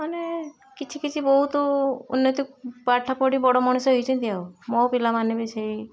ମାନେ କିଛି ବହୁତ ଉନ୍ନତି ପାଠପଢ଼ି ବଡ଼ ମଣିଷ ହେଇଛନ୍ତି ଆଉ ମୋ ପିଲାମାନେ ବି ସେଇ